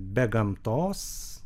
be gamtos